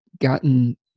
gotten